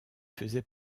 faisait